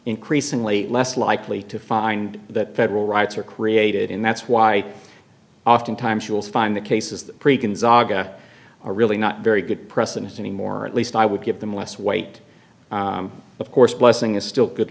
increasingly less likely to find that pedal rights are created in that's why oftentimes you'll find the cases the aga are really not very good precedents anymore at least i would give them less weight of course blessing is still good